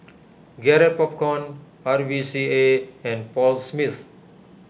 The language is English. Garrett Popcorn R V C A and Paul Smith